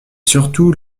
surtout